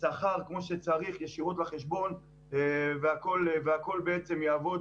שכר כמו שצריך ישירות לחשבון והכול בעצם יעבוד,